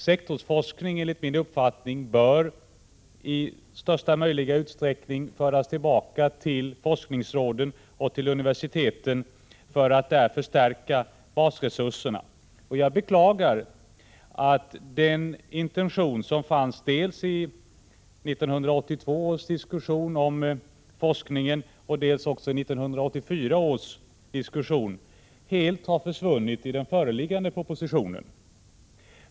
Sektorsforskningen bör enligt min uppfattning i största möjliga utsträckning föras tillbaka till forskningsråden och universiteten för att där förstärka basresurserna. Jag beklagar att den intention som fanns dels Prot. 1986/87:131 i 1982 års diskussion om forskningen, dels i 1984 års diskussion helt har 26 maj 1987 försvunnit i den föreliggande propositionen.